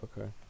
okay